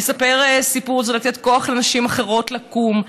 לספר סיפור זה לתת כוח לנשים אחרות לקום,